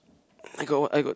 I got what I got